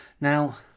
Now